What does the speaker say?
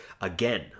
Again